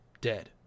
dead